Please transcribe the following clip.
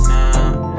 Now